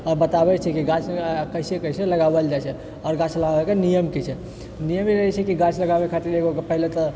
आओर बताबै छिऐ कि गाछ कैसे कैसे लगाओल जाइ छै आओर गाछ लगाबैके नियम की छै नियम ई रहै छै कि गाछ लगाबै खातिर एगो पहिले तऽ